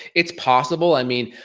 it's possible, i mean,